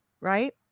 right